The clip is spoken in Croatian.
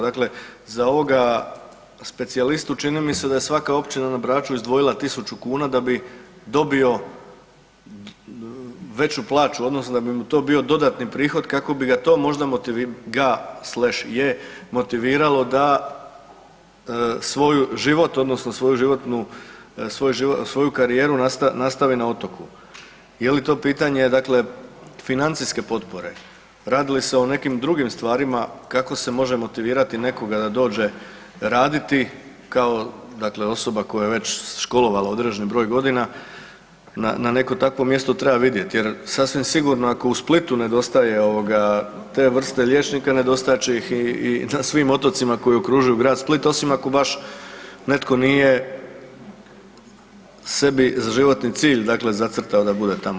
Dakle, za ovoga specijalistu čini mi se da je svaka o općina na Braču izdvojila tisuću kuna da bi dobio veću plaću odnosno da bi mu to bio dodatni prihod kako bi ga to možda, ga shlash je motiviralo da svoj život odnosno svoju karijeru nastavi na otoku, je li to pitanje financijske potpore, radi li se o nekim drugim stvarima kako se može motivirati nekoga da dođe raditi kao dakle osoba koja se već školovala određeni broj godina na neko takvo mjesto treba vidjet jer sasvim sigurno ako u Splitu nedostaje te vrste liječnika nedostajat će ih i na svim otocima koji okružju Grad Split, osim ako baš netko nije sebi za životni cilj zacrtao da bude tamo.